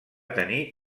tenir